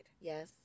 Yes